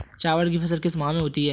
चावल की फसल किस माह में होती है?